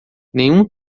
nenhum